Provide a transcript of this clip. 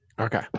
Okay